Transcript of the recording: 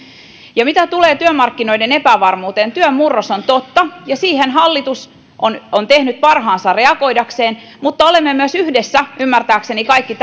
mitä tulee työmarkkinoiden epävarmuuteen työn murros on totta ja hallitus on on tehnyt parhaansa reagoidakseen siihen mutta olemme myös ymmärtääkseni kaikki